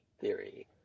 theory